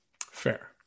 Fair